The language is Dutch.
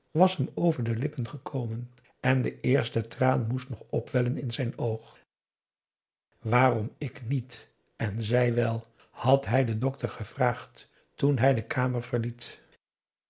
was hem over de lippen gekomen en de eerste traan moest nog opwellen in zijn oog waarom ik niet en zij wel had hij den dokter gevraagd toen hij de kamer verlaten